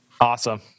awesome